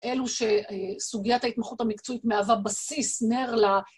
אלו שסוגיית ההתמחות המקצועית מהווה בסיס, נר ל....